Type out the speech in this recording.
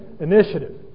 initiative